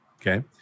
Okay